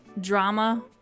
drama